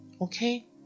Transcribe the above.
Okay